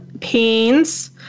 pains